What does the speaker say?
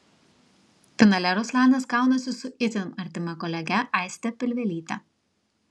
finale ruslanas kaunasi su itin artima kolege aiste pilvelyte